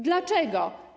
Dlaczego?